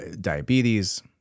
Diabetes